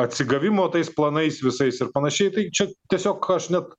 atsigavimo tais planais visais ir panašiai tai čia tiesiog aš net